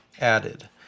added